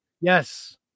Yes